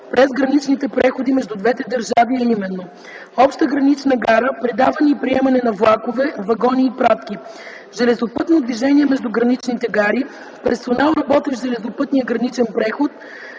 през граничните преходи между двете държави, а именно: обща гранична гара; предаване и приемане на влакове, вагони и пратки; железопътно движение между граничните гари; персонал, работещ в железопътния граничен преход;